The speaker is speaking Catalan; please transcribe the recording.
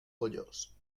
pollós